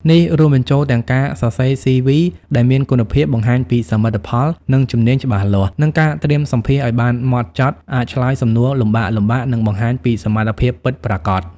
នេះរួមបញ្ចូលទាំងការសរសេរ CV ដែលមានគុណភាព បង្ហាញពីសមិទ្ធផល និងជំនាញច្បាស់លាស់ និងការត្រៀមសម្ភាសន៍ឲ្យបានម៉ត់ចត់ (អាចឆ្លើយសំណួរលំបាកៗ និងបង្ហាញពីសមត្ថភាពពិតប្រាកដ)។